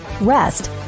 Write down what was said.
Rest